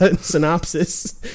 synopsis